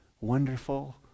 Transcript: wonderful